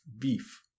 Beef